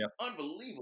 unbelievable